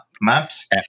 maps